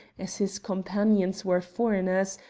as his companions were foreigners,